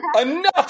enough